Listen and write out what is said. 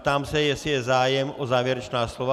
Ptám se, jestli je zájem o závěrečná slova.